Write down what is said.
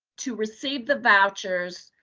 to receive the vouchers,